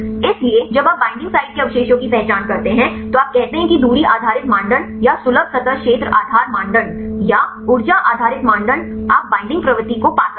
इसलिए जब आप बईंडिंग साइट के अवशेषों की पहचान करते हैं तो आप कहते हैं कि दूरी आधारित मानदंड या सुलभ सतह क्षेत्र आधार मानदंड या ऊर्जा आधारित मानदंड आप बईंडिंग प्रवृत्ति को सही पा सकते हैं